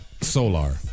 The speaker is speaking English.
Solar